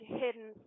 hidden